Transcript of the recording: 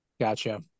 gotcha